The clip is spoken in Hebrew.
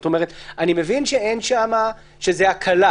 אני מבין שזו הקלה,